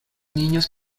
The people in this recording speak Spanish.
niños